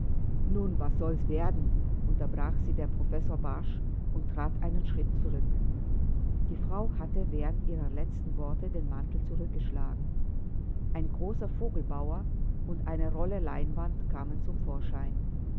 nun was soll's werden unterbrach sie der professor barsch und trat einen schritt zurück die frau hatte während ihrer letzten worte den mantel zurückgeschlagen ein großer vogelbauer und eine rolle leinwand kamen zum vorschein